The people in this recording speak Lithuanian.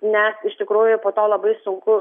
nes iš tikrųjų po to labai sunku